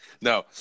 No